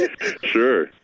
sure